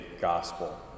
Gospel